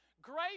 Great